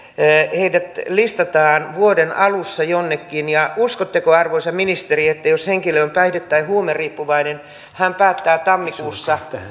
heidät listataan vuoden alussa jonnekin uskotteko arvoisa ministeri että jos henkilö on päihde tai huumeriippuvainen hän päättää tammikuussa